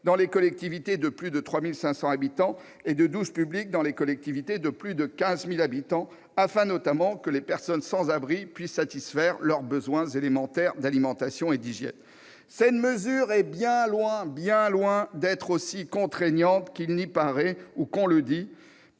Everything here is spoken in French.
dans les collectivités de plus de 3 500 habitants et de douches publiques dans les collectivités de plus de 15 000 habitants, afin, notamment, que les personnes sans-abri puissent satisfaire leurs besoins élémentaires d'alimentation et d'hygiène. Cette mesure est bien loin d'être aussi contraignante qu'il y paraît ou qu'on le dit.